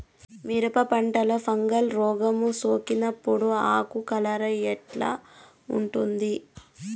మిరప పంటలో ఫంగల్ రోగం సోకినప్పుడు ఆకు కలర్ ఎట్లా ఉంటుంది?